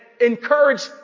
encourage